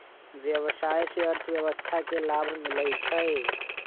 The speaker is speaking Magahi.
व्यवसाय से अर्थव्यवस्था के लाभ मिलइ छइ